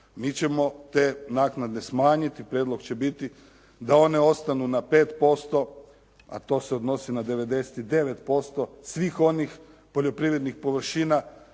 mi ćemo te naknade smanjiti, prijedlog će biti da one ostanu na 5%, a to se odnosi na 99% svih onih poljoprivrednih površina